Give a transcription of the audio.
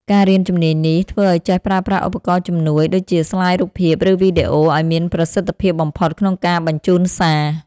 ការរៀនជំនាញនេះ ធ្វើឲ្យចេះប្រើប្រាស់ឧបករណ៍ជំនួយ ដូចជាស្លាយរូបភាព ឬវីដេអូ ឱ្យមានប្រសិទ្ធភាពបំផុតក្នុងការបញ្ជូនសារ។